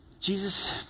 Jesus